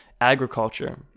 agriculture